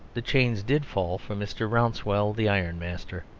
the chains did fall from mr. rouncewell the iron-master.